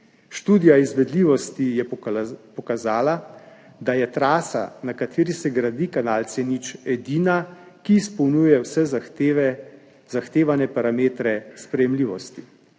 Študija izvedljivosti je pokazala, da je trasa, na kateri se gradi kanal C0, edina, ki izpolnjuje vse zahtevane parametre sprejemljivosti.